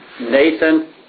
Nathan